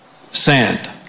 sand